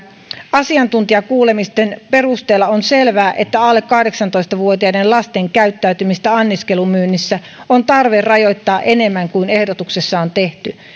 asiantuntijakuulemisten perusteella on selvää että alle kahdeksantoista vuotiaiden lasten käyttämistä anniskelumyynnissä on tarve rajoittaa enemmän kuin ehdotuksessa on tehty